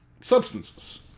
substances